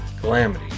Calamity